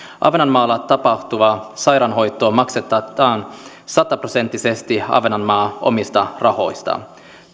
ahvenanmaalla tapahtuva sairaanhoito maksetaan sataprosenttisesti ahvenanmaan omista rahoista